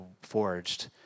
Forged